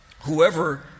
Whoever